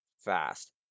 fast